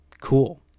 Cool